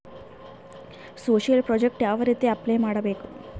Social project ಯಾವ ರೇತಿ apply ಮಾಡಬೇಕು?